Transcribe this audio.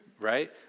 right